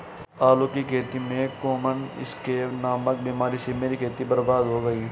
आलू की खेती में कॉमन स्कैब नामक बीमारी से मेरी खेती बर्बाद हो गई